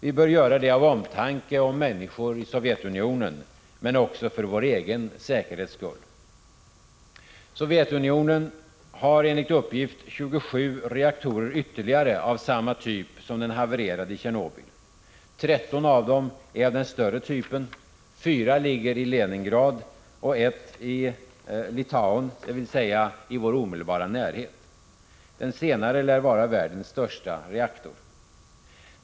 Vi bör göra det av omtanke om människor i Sovjetunionen, men också för vår egen säkerhets skull. Sovjetunionen har enligt uppgift ytterligare 27 reaktorer av samma typ som den havererade i Tjernobyl. 13 av dem är av den större typen. Fyra ligger i Leningrad och en i Litauen, dvs. i vår omedelbara närhet. Den senare lär vara världens största reaktor.